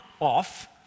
off